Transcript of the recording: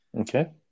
okay